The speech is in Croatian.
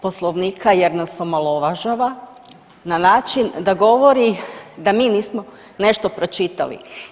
Poslovnika jer nas omalovažava na način da govori da mi nismo nešto pročitali.